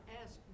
ask